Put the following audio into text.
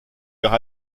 leurs